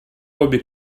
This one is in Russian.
обе